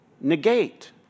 negate